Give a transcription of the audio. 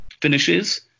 finishes